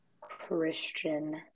Christian